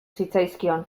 zitzaizkion